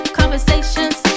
conversations